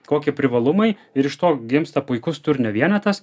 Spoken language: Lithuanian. kokie privalumai ir iš to gimsta puikus turinio vienetas